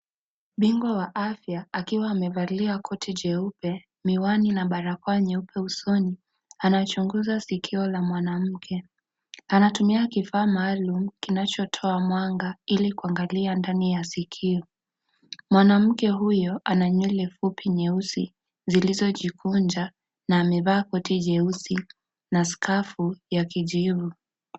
Bingwa wa afya akiwa amevalia koti jeupe, miwani, na barakoa nyeupe usoni anachunguza sikio la mwanamke. Anatumia kifaa maalum kinachotoa mwanga ili kuangalia ndani ya sikio. Mwanamke huyo ana nywele fupi jeusi zlizojikuja na amevaa koti jeusi na skafu ya kijivu.